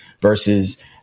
versus